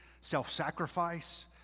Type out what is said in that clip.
self-sacrifice